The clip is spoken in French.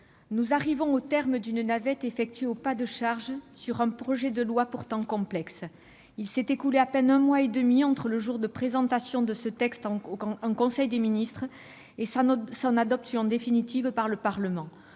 nous arrivons au terme d'une navette effectuée au pas de charge sur un projet de loi pourtant complexe. Il s'est écoulé à peine un mois et demi entre le jour de présentation de ce texte en conseil des ministres et son adoption définitive par le Parlement.